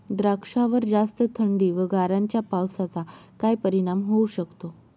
द्राक्षावर जास्त थंडी व गारांच्या पावसाचा काय परिणाम होऊ शकतो?